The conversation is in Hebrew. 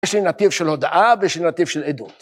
יש לי נתיב של הודעה ויש לי נתיב של עדות.